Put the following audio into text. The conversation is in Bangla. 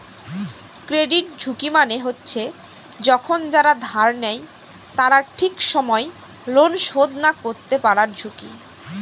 ক্রেডিট ঝুঁকি মানে হচ্ছে যখন যারা ধার নেয় তারা ঠিক সময় লোন শোধ না করতে পারার ঝুঁকি